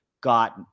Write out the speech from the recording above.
got